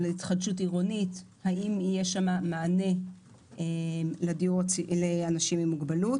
התחדשות עירונית האם יהיה שם מענה לאנשים עם מוגבלות?